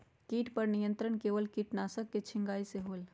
किट पर नियंत्रण केवल किटनाशक के छिंगहाई से होल?